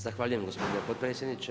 Zahvaljujem gospodine potpredsjedniče.